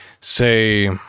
say